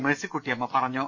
മേഴ്സിക്കുട്ടിയമ്മ പറഞ്ഞു